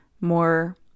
more